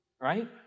right